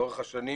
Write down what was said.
לאורך השנים